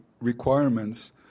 requirements